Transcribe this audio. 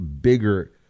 bigger